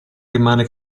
rimane